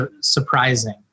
surprising